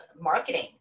marketing